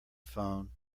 phone